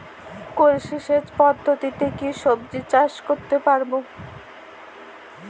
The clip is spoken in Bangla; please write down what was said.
কলসি সেচ পদ্ধতিতে কি সবজি চাষ করতে পারব?